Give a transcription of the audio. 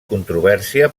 controvèrsia